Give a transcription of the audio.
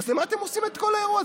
אז למה אתם עושים את כל האירוע הזה?